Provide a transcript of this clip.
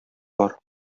бар